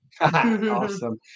awesome